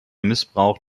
missbrauch